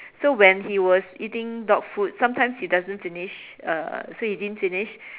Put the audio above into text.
so when he was eating dog food sometimes he doesn't finish uh so he didn't finish